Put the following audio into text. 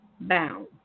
bound